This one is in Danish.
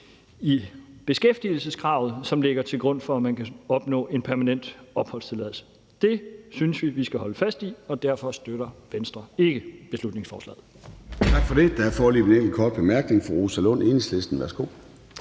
i beskæftigelseskravet, som ligger til grund for, at man kan opnå en permanent opholdstilladelse. Det synes vi vi skal holde fast i, og derfor støtter Venstre ikke beslutningsforslaget.